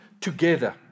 together